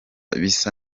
bisa